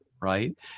right